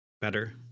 better